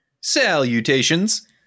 Salutations